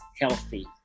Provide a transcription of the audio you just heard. healthy